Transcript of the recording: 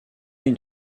une